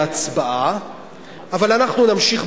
ההצעה להסיר מסדר-היום את הצעת חוק בית-המשפט לענייני משפחה (תיקון,